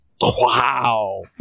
Wow